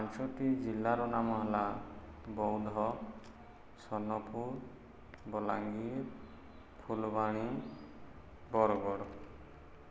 ପାଞ୍ଚଟି ଜିଲ୍ଲାର ନାମ ହେଲା ବୌଦ୍ଧ ସୋନପୁର ବଲାଙ୍ଗୀର ଫୁଲବାଣୀ ବରଗଡ଼